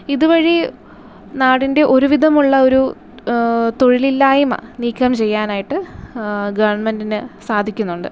ഇതു വഴി നാടിൻ്റെ ഒരു വിധമുള്ള ഒരു തൊഴിലില്ലായ്മ നീക്കം ചെയ്യാനായിട്ട് ഗവണ്മെൻറ്റിന് സാധിക്കുന്നുണ്ട്